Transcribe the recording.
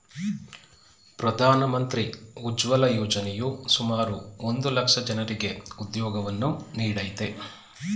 ಪ್ರಧಾನ ಮಂತ್ರಿ ಉಜ್ವಲ ಯೋಜನೆಯು ಸುಮಾರು ಒಂದ್ ಲಕ್ಷ ಜನರಿಗೆ ಉದ್ಯೋಗವನ್ನು ನೀಡಯ್ತೆ